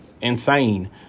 insane